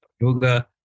yoga